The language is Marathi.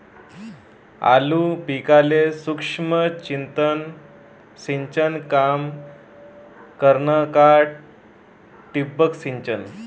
आलू पिकाले सूक्ष्म सिंचन काम करन का ठिबक सिंचन?